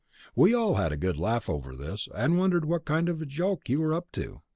we all had a good laugh over this, and wondered what kind of a joke you were up to.